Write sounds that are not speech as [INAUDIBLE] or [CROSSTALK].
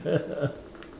[LAUGHS]